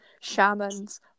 shamans